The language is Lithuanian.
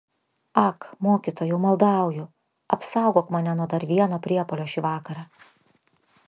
ak mokytojau maldauju apsaugok mane nuo dar vieno priepuolio šį vakarą